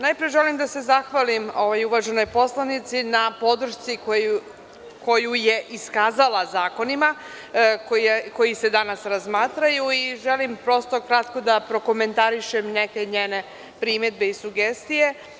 Najpre želim da se zahvalim uvaženoj poslanici na podršci koju je iskazala zakonima koji se danas razmatraju i želim prosto kratko da prokomentarišem neke njene primedbe i sugestije.